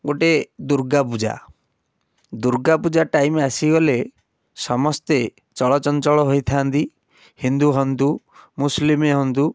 ଗୋଟେ ଦୁର୍ଗା ପୂଜା ଦୁର୍ଗା ପୂଜା ଟାଇମ୍ ଆସିଗଲେ ସମସ୍ତେ ଚଳଚଞ୍ଚଳ ହୋଇଥାନ୍ତି ହିନ୍ଦୁ ହୁଅନ୍ତୁ ମୁସଲିମ୍ ହୁଅନ୍ତୁ